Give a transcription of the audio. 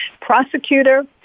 prosecutor